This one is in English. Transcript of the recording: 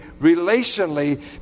relationally